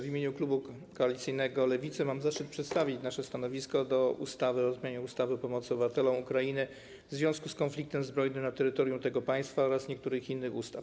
W imieniu klubu koalicyjnego Lewicy mam zaszczyt przedstawić nasze stanowisko odnośnie do ustawy o zmianie ustawy o pomocy obywatelom Ukrainy w związku z konfliktem zbrojnym na terytorium tego państwa oraz niektórych innych ustaw.